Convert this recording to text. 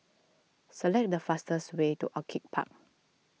select the fastest way to Orchid Park